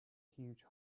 huge